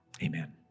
amen